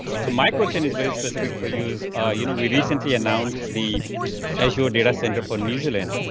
so my question is very specific for use you know we recently announced the azure data center for new zealand.